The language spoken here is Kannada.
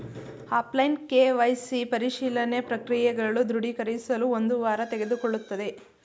ಆಫ್ಲೈನ್ ಕೆ.ವೈ.ಸಿ ಪರಿಶೀಲನೆ ಪ್ರಕ್ರಿಯೆಗಳು ದೃಢೀಕರಿಸಲು ಒಂದು ವಾರ ತೆಗೆದುಕೊಳ್ಳುತ್ತದೆ